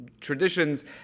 traditions